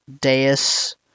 dais